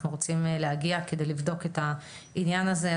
אנחנו רוצים להגיע כדי לבדוק את העניין הזה.